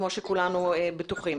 כמו שכולנו בטוחים.